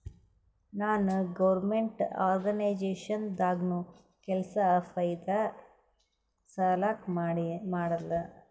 ನಾನ್ government organisation ದಾಗ್ನು ಕೆಲ್ಸಾ ಫೈದಾ ಸಲಾಕ್ ಮಾಡಲ್ಲ